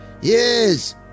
Yes